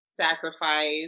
sacrifice